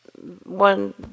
One